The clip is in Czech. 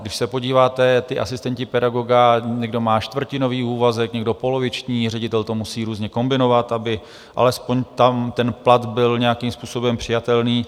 Když se podíváte, asistenti pedagoga, někdo má čtvrtinový úvazek, někdo poloviční, ředitel to musí různě kombinovat, aby alespoň tam ten plat byl nějakým způsobem přijatelný.